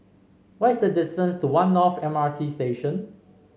what is the distance to One North M R T Station